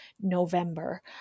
November